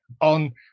on